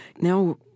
Now